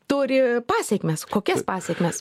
turi pasekmes kokias pasekmes